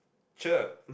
sure